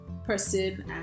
person